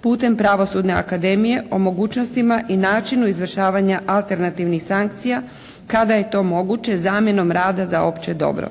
putem Pravosudne akademije o mogućnostima i načinu izvršavanja alternativnih sankcija kada je to moguće zamjenom rada za opće dobro.